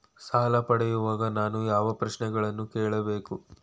ಸಾಲ ಪಡೆಯುವಾಗ ನಾನು ಯಾವ ಪ್ರಶ್ನೆಗಳನ್ನು ಕೇಳಬೇಕು?